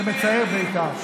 אתם מפחדים מאלקין.